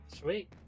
sweet